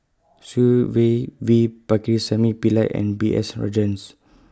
Tsung Yeh V Pakirisamy Pillai and B S Rajhans